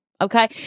okay